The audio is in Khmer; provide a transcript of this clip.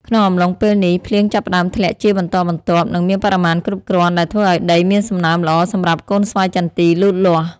ក្នុងអំឡុងពេលនេះ ភ្លៀងចាប់ផ្តើមធ្លាក់ជាបន្តបន្ទាប់ និងមានបរិមាណគ្រប់គ្រាន់ ដែលធ្វើឱ្យដីមានសំណើមល្អសម្រាប់កូនស្វាយចន្ទីលូតលាស់។